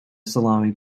salami